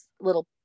little